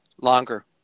Longer